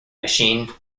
machine